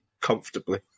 comfortably